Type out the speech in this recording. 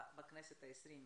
בכנסת ה-20,